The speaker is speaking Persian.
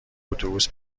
اتوبوس